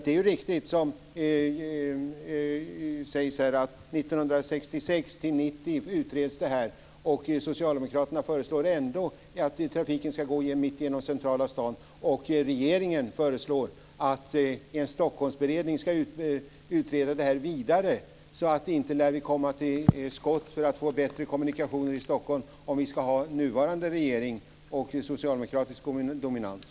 Det är riktigt som sägs här: Detta utreds 1966 1990. Ändå föreslår socialdemokraterna att trafiken ska gå mitt genom centrala stan, och regeringen föreslår att en Stockholmsberedning ska utreda det här vidare. Så inte lär vi komma till skott för att få bättre kommunikationer i Stockholm om vi ska ha nuvarande regering och socialdemokratisk dominans.